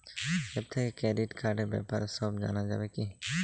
App থেকে credit কার্ডর ব্যাপারে সব জানা যাবে কি?